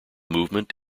movement